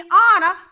honor